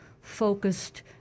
focused